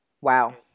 Wow